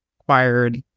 acquired